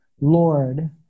Lord